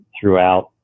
throughout